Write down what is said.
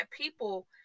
people